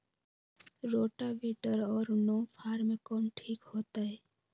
Rotavator और नौ फ़ार में कौन ठीक होतै?